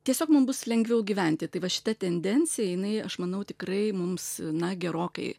tiesiog mum bus lengviau gyventi tai va šita tendencija jinai aš manau tikrai mums na gerokai